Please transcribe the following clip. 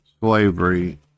slavery